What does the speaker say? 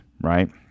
right